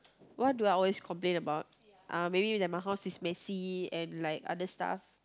what do I always complain about uh maybe that my house is messy and like other stuff